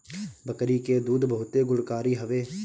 बकरी के दूध बहुते गुणकारी हवे